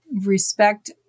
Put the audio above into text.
respect